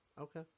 Okay